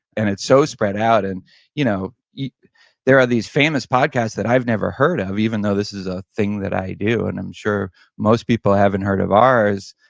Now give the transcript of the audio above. and it's so spread out. and you know there are these famous podcasts that i've never heard of, even though this is a thing that i do and i'm sure most people haven't heard of ours.